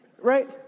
Right